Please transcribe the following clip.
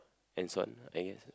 hands on I guess